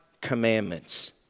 commandments